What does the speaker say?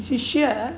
विशिष्यः